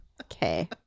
okay